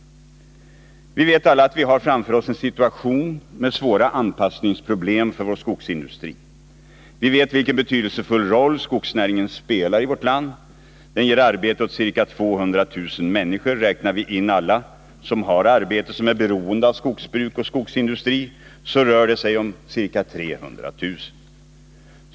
Vi vet alla att vi har framför oss en situation med svåra anpassningsproblem för vår skogsindustri. Vi vet vilken betydelsefull roll skogsnäringen spelar i vårt land. Den ger arbete åt ca 200 000 människor. Räknar vi in alla som har arbete som är beroende av skogsbruk och skogsindustri så rör det sig om ca 300 000.